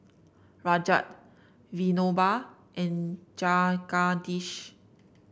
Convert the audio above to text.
Rajat Vinoba and Jagadish